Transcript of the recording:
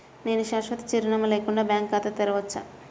నేను శాశ్వత చిరునామా లేకుండా బ్యాంక్ ఖాతా తెరవచ్చా?